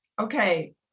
Okay